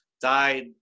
died